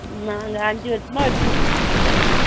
நாங்கள் அஞ்சு வருஷமாக வெச்சுன்னு ம்